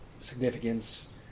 significance